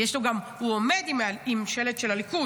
והוא גם עומד עם שלט של הליכוד.